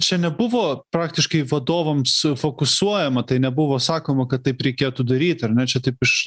čia nebuvo praktiškai vadovams fokusuojama tai nebuvo sakoma kad taip reikėtų daryti ar ne čia taip iš